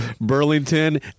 Burlington